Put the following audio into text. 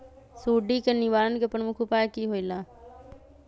सुडी के निवारण के प्रमुख उपाय कि होइला?